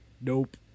Nope